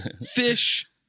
Fish